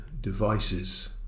devices